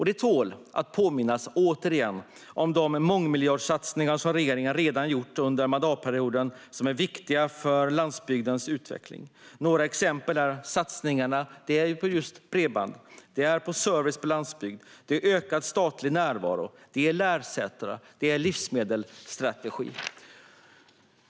Det tål att återigen påminnas om de mångmiljardsatsningar som regeringen redan har gjort under mandatperioden och som är viktiga för landsbygdens utveckling. Några exempel är satsningarna på bredband, service på landsbygden, ökad statlig närvaro, lärcentrum och livsmedelsstrategin.